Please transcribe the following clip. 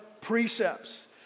precepts